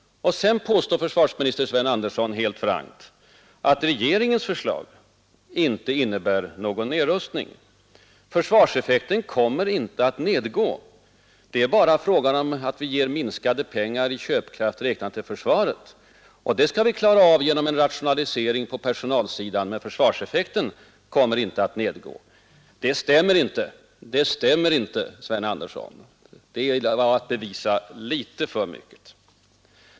Sedan påstår försvarsminister Sven Andersson helt frankt att regeringens förslag inte innebär någon nedrustning! Försvarseffekten kommer inte att nedgå. Det är bara fråga om att ge mindre pengar i köpkraft räknat till försvaret. Det skall klaras av genom rationalisering på personalsidan. Men försvarseffekten kommer inte att gå ned, anser försvarsministern. Det stämmer inte, Sven Andersson! Det är att bevisa för mycket.